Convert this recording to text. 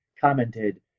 commented